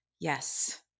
Yes